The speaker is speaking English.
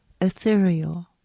ethereal